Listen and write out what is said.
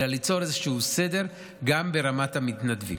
אלא ליצור איזשהו סדר גם ברמת המתנדבים,